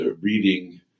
reading